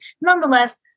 Nonetheless